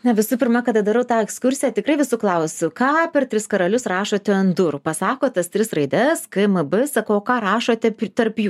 na visų pirma ką darau tą ekskursiją tikrai visų klausiu ką per tris karalius rašote ant durų pasako tas tris raides kmb sakau o ką rašote tarp jų